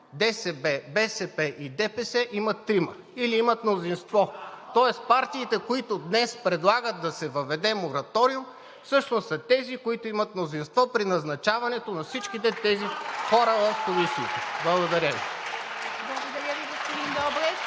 ДСБ, БСП и ДПС имат трима или имат мнозинство. Тоест партиите, които днес предлагат да се въведе мораториум, всъщност са тези, които имат мнозинство при назначаването на всички тези хора в комисиите. Благодаря Ви. (Ръкопляскания от